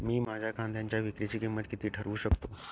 मी माझ्या कांद्यांच्या विक्रीची किंमत किती ठरवू शकतो?